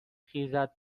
خیزد